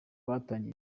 batangiye